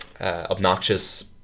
Obnoxious